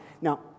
Now